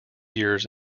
years